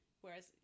Whereas